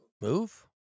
move